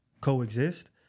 coexist